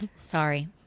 sorry